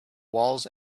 walls